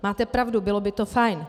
Máte pravdu, bylo by to fajn.